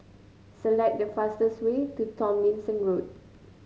select the fastest way to Tomlinson Road